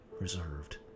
reserved